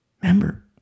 Remember